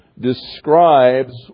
describes